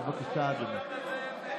בבקשה, אדוני.